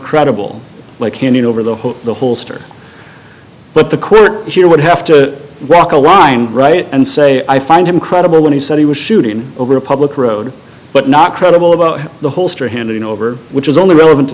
credible like handing over the whole the whole story but the quick here would have to rock a line right and say i find him credible when he said he was shooting over a public road but not credible about the holster handing over which is only relevant to